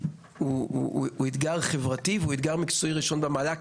מדובר באתגר חברתי ראשון במעלה,